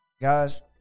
Guys